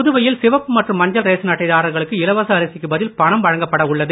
புதுவையில் சிகப்பு மற்றும் மஞ்சள் ரேஷன் அட்டைதாரர்களுக்கு இலவச அரசிக்கு பதில் பணம் வழங்கப்பட உள்ளது